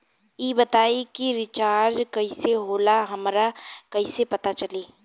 ई बताई कि रिचार्ज कइसे होला हमरा कइसे पता चली?